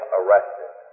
arrested